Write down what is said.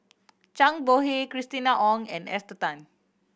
Zhang Bohe Christina Ong and Esther Tan